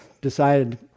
decided